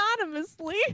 anonymously